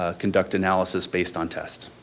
ah conduct analysis based on test.